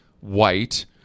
white